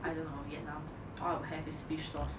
I don't know vietnam all I will have is fish sauce